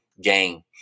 game